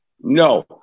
No